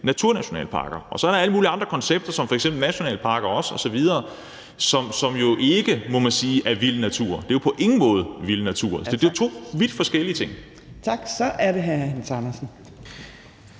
naturnationalparker. Og så er der også alle mulige andre koncepter som f.eks. nationalparker osv., som jo ikke, må man sige, er vild natur. Det er jo på ingen måde vild natur. Altså, det er jo to vidt forskellige ting. Kl. 11:40 Tredje næstformand